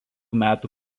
metų